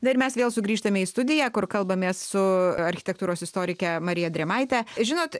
na ir mes vėl sugrįžtame į studiją kur kalbamės su architektūros istorike marija drėmaite žinot